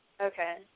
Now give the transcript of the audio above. Okay